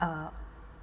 uh